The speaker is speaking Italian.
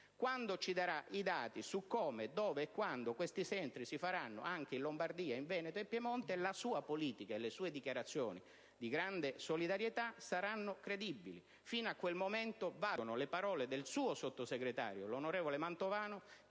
Quando ci fornirà i dati su come, dove e quando questi centri verranno aperti anche in Lombardia, Veneto e Piemonte, la sua politica e le sue dichiarazioni di grande solidarietà saranno credibili. Fino a quel momento valgono le parole del suo sottosegretario, l'onorevole Mantovano,